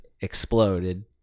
exploded